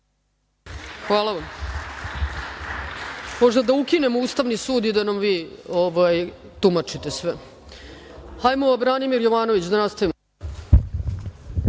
Hvala vam. Možda da ukinemo Ustavni sud i da nam vi tumačite sve. Branimir Jovanović.